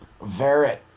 Verit